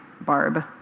barb